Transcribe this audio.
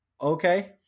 Okay